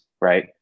right